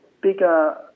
bigger